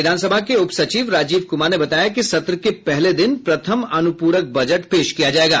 विधानसभा के उपसचिव राजीव कुमार ने बताया कि सत्र के पहले दिन प्रथम अनुप्रक बजट पेश किया जायेगा